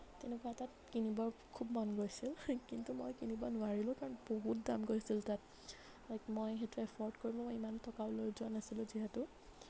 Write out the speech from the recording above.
তেনেকুৱা এটা কিনিবৰ খুব মন গৈছিল কিন্তু মই কিনিব নোৱাৰিলোঁ কাৰণ বহুত দাম কৈছিল তাত লাইক মই সেইটো এফৰ্ড কৰিব মই ইমান টকা লৈ যোৱা নাছিলোঁ যিহেতু